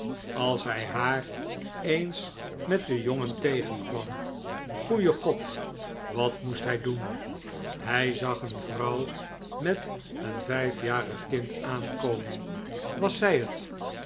als hij haar eens met den jongen tegenkwam goeie god wat moest hij doen hij zag een vrouw met een vijfjarig kind aankomen was zij het